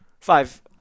five